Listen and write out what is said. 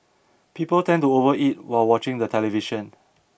people tend to overeat while watching the television